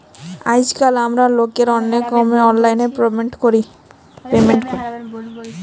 আইজকাল আমরা অলেক রকমের অললাইল পেমেল্ট ক্যরি